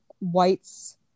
whites